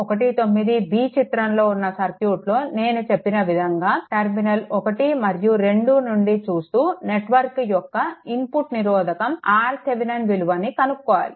19b చిత్రంలో ఉన్న సర్క్యూట్లో నేను చెప్పిన విధంగా టర్మినల్ 1 మరియు 2నుండి చూస్తూ నెట్వర్క్ యొక్క ఇన్పుట్ నిరోధకం RThevenin విలువని కనుక్కోవాలి